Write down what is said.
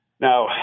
Now